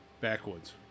Backwoods